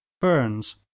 burns